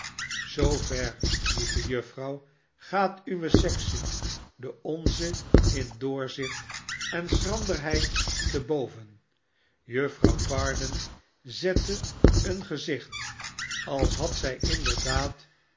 zoover lieve juffrouw gaat uwe sekse de onze in doorzicht en schranderheid te boven juffrouw varden zette een gezicht als had zij inderdaad